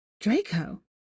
Draco